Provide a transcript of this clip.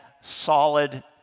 solid